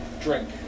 drink